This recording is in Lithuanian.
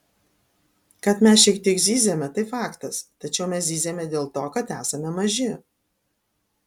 kad mes šiek tiek zyziame tai faktas tačiau mes zyziame dėl to kad esame maži